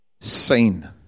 seen